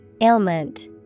ailment